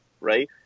right